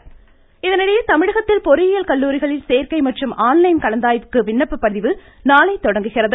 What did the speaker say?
பொறியியல் விண்ணப்பம் இதனிடையே தமிழகத்தில் பொறியியல் கல்லூரிகளில் சேர்க்கை மற்றும் ஆன்லைன் கலந்தாய்வுக்கு விண்ணப்பம் பதிவு நாளை தொடங்குகிறது